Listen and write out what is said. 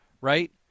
right